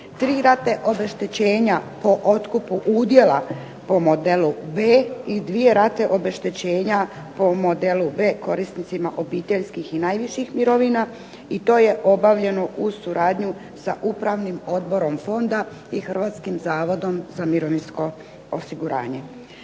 tri rate obeštećenja po otkupu udjela po modelu B i dvije rate obeštećenja po modelu B korisnika obiteljskih i najviših mirovina i to je obavljeno uz suradnju sa Upravnim odborom Fonda i Hrvatskim zavodom za mirovinsko osiguranje.